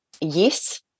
yes